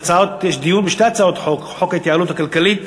דיון בשתי הצעות חוק: חוק ההתייעלות הכלכלית